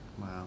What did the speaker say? Wow